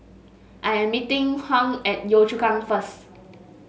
I am meeting Hung at Yio Chu Kang first